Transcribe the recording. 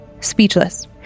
Speechless